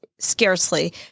Scarcely